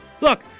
Look